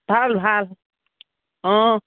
ভাল ভাল অঁ